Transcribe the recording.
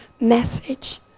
message